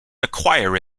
acquire